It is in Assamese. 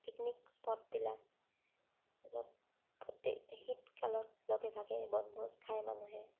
পিকনিক স্পটবিলাক য'তগোটেই শীত কালত লগে ভাগে বনভোজ খায় মানুহে